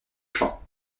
chant